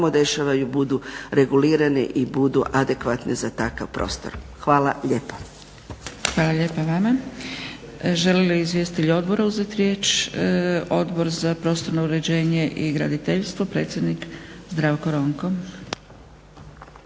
dešavaju budu regulirane i budu adekvatne za takav prostor. Hvala lijepo. **Zgrebec, Dragica (SDP)** Hvala lijepa vama. Žele li izvjestitelji odbora uzeti riječ? Odbor za prostorno uređenje i graditeljstvo, predsjednik Zdravko Ronko.